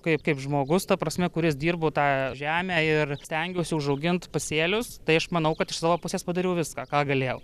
kaip kaip žmogus ta prasme kuris dirbu tą žemę ir stengiuosi užaugint pasėlius tai aš manau kad iš savo pusės padariau viską ką galėjau